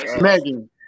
megan